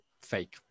Fake